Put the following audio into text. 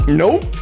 nope